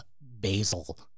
basil